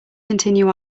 continue